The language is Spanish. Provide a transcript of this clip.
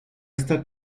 está